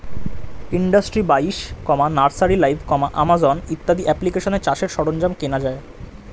industry বাইশ, nursery live, Amazon ইত্যাদি অ্যাপ্লিকেশানে চাষের সরঞ্জাম কেনা যায়